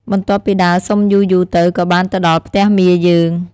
បន្ទាប់ពីដើរសុំយូរៗទៅក៏បានទៅដល់ផ្ទះមាយើង។